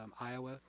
Iowa